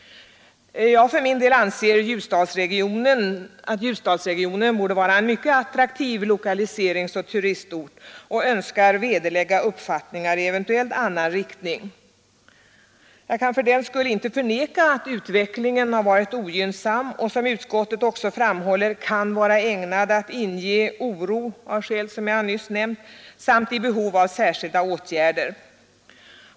Jag för min del anser att Ljusdalsregionen borde vara en mycket attraktiv lokaliseringsoch turistort och önskar vederlägga uppfattningar i eventuellt annan riktning. Jag kan fördenskull inte förneka att utvecklingen varit ogynnsam och, som utskottet också framhåller, kan vara ägnad att inge oro — av skäl som jag nyss nämnt — samt motivera särskilda åtgärder.